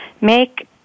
make